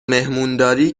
مهمونداری